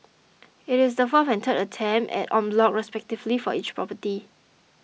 it is the fourth and third attempt at en bloc respectively for each property